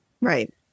Right